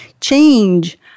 change